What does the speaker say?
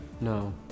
No